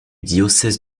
diocèse